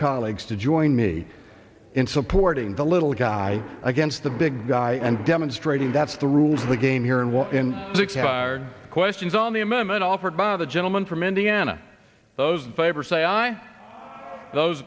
colleagues to join me in supporting the little guy against the big guy and demonstrating that's the rules of the game here and one in six hard questions on the amendment offered by the gentleman from indiana those